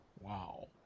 Wow